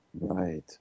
Right